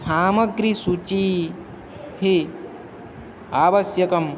सामग्रीसूचि हि आवश्यकम्